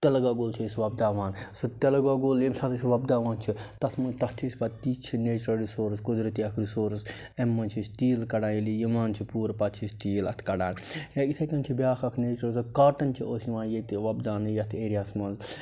تِلہٕ گۄگُل چھِ أسۍ وۄپداوان سُہ تِلہٕ گۄگُل ییٚمہِ سات أسۍ وۄپداوان چھِ تَتھ مہ تَتھ چھِ أسۍ پَتہٕ تی چھِ نیچرل رِسورٕس قُدرتی اَکھ رِسورٕس اَمہِ منٛز چھِ أسۍ تیٖل کَڑان ییٚلہِ یہِ یِوان چھِ پوٗرٕ پتہٕ چھِ أسۍ تیٖل اَتھ کَڑان یا یِتھَے کَنۍ چھِ بیٛاکھ اَکھ نیچرل کاٹَن چھِ اوس یِوان ییٚتہِ وۄپداونہٕ یَتھ ایریاہس منٛز